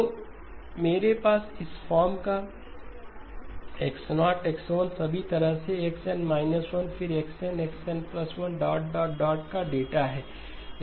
तो मेरे पास इस फॉर्म का X0 X1 सभी तरह से XN 1 फिर XN XN1 dot dot dot का डेटा है